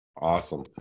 awesome